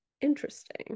interesting